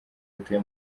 batuye